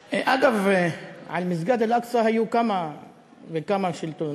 אגב, על מסגד אל-אקצא היו כמה וכמה שלטונות: